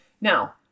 Now